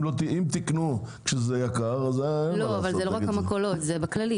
אם תקנו כשזה יקר, אין מה לעשות נגד זה.